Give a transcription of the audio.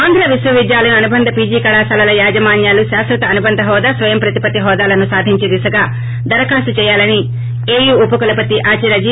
ఆంధ్ర విశ్వవిద్యాలయం అనుబంధ పీజీ కళాశాలల యాజమాన్నాలు శాస్వత అనుబంధ్ హోదా స్వయం పుతిపత్తి హోదాలను సాధించే దిశగా దరఖాస్తు చేయాలని ఏయు ఉప కులపతి ఆచార్య జి